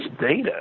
data